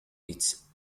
its